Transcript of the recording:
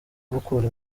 gukora